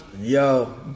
Yo